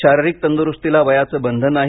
शारीरिक तंदुरूस्तीला वयाचं बंधन नाही